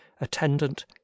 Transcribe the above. attendant